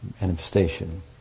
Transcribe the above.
manifestation